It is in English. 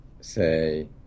say